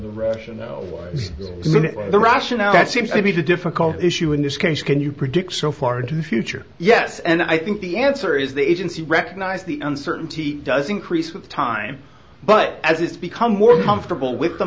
know the rationale that seems to be to difficult issue in this case can you predict so far into the future yes and i think the answer is the agency recognize the uncertainty does increase with time but as it's become more comfortable with the